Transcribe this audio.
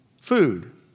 Food